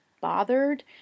bothered